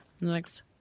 Next